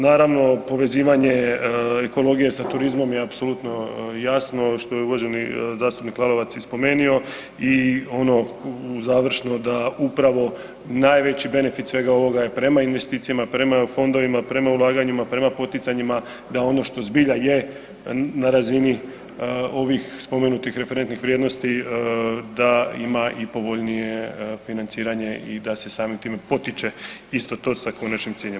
Naravno, povezivanje ekologije sa turizmom je apsolutno jasno, što je uvaženi zastupnik Lalovac i spomenuo i ono završno, da upravo najveći benefit svega ovoga je prema investicijama, prema fondovima, prema ulaganjima, prema poticanjima da ono što zbilja je na razini ovih spomenutih referentnih vrijednosti, da ima i povoljnije financiranje i da se samim time potiče isto tako sa konačnim ciljem.